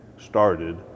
started